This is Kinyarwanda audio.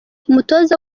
umutoza